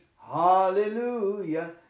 Hallelujah